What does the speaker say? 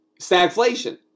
stagflation